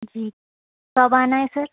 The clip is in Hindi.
जी कब आना है सर